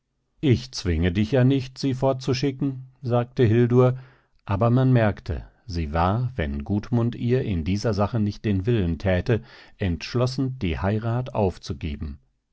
ich zwinge dich ja nicht sie fortzuschicken sagte hildur aber man merkte sie war wenn gudmund ihr in dieser sache nicht den willen täte entschlossen die heirat aufzugeben